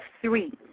three